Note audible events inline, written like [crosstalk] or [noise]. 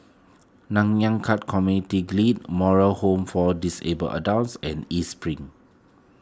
Nanyang Khek Community [unintelligible] Moral Home for Disabled Adults and East Spring